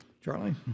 Charlie